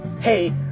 hey